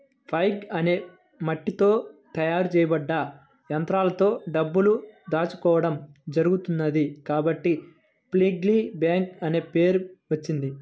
pig అనే మట్టితో తయారు చేయబడ్డ ముంతలో డబ్బులు దాచుకోవడం జరుగుతున్నది కాబట్టి పిగ్గీ బ్యాంక్ అనే పేరు వచ్చింది